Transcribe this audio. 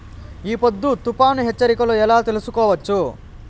ఈ పొద్దు తుఫాను హెచ్చరికలు ఎలా తెలుసుకోవచ్చు?